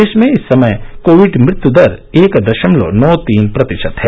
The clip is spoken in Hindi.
देश में इस समय कोविड मृत्यु दर एक दशमलव नौ तीन प्रतिशत है